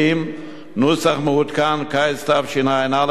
נוסח מעודכן, קיץ תשע"א, עמוד 15,